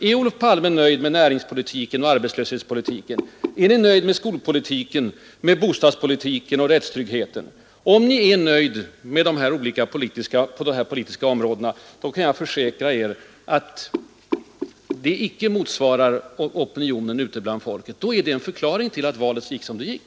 Är Olof Palme nöjd med näringspolitiken och arbetslöshetspolitiken? Är Ni nöjd med skolpolitiken, bostadspolitiken och rättstryggheten? Om Ni är nöjd på dessa olika politiska områden kan jag försäkra Er, att Ni skiljer ut Er från opinionen ute bland folket. Det kan vara en förklaring till att valet gick som det gick.